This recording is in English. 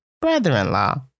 brother-in-law